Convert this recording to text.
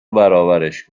برابرش